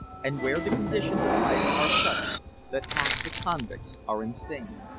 and where the conditions of life are such that half the convicts are insane.